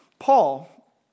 Paul